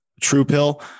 TruePill